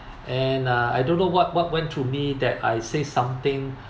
and uh I don't know what what went through me that I said something